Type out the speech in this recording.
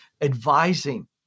advising